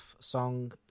song